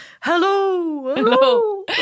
Hello